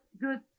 good